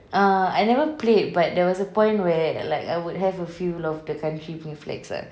err I never played but there was a point where like I would have a few of the country punya flags ah